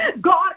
God